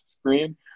screen